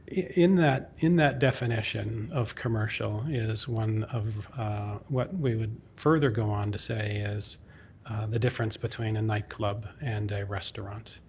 in that in that definition of commercial is one of what we would further go on to say is the difference between a nightclub and a restaurant.